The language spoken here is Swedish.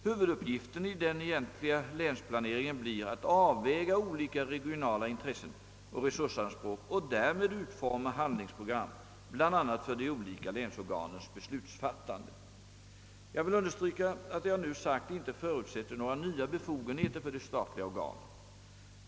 Huvuduppgiften i den egentliga länsplaneringen blir att avväga olika regionala intressen och resursanspråk och därmed utforma handlingsprogram bl a. för de olika länsorganens beslutsfattande. Jag vill understryka att det jag nu sagt inte förutsätter några nya befogenheter för de statliga organen.